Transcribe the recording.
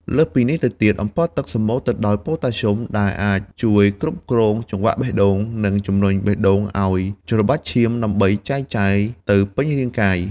លើសពីនេះទៅទៀត អម្ពិលទឹកសម្បូរទៅដោយប៉ូតាស្យូមដែលអាចជួយគ្រប់គ្រងចង្វាក់បេះដូង និងជំរុញបេះដូងឱ្យច្របាច់ឈាមដើម្បីចែកចាយទៅពេញរាងកាយ។